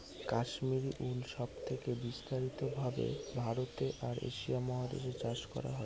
Kashmiri wool সব থেকে বিস্তারিত ভাবে ভারতে আর এশিয়া মহাদেশে চাষ করা হয়